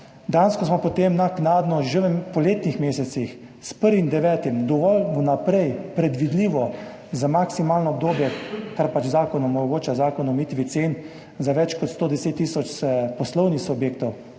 Dejansko smo potem naknadno, že v poletnih mesecih, s 1. 9., dovolj vnaprej predvidljivo za maksimalno obdobje, kar pač zakon o omejitvi cen omogoča, za več kot 110 tisoč poslovnih subjektov